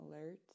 Alert